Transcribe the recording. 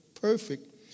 perfect